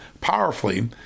powerfully